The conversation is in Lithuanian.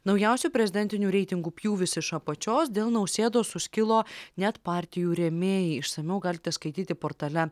naujausių prezidentinių reitingų pjūvis iš apačios dėl nausėdos suskilo net partijų rėmėjai išsamiau galite skaityti portale